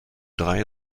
drei